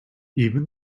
even